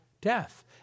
Death